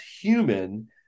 human